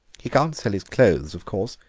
he can't sell his clothes, of course,